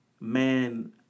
man